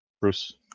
Bruce